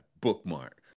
Bookmark